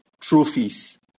trophies